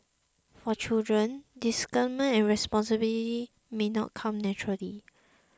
for children discernment and responsibility may not come naturally